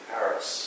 Paris